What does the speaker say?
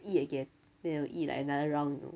eat again then will eat like another round you know